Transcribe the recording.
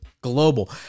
Global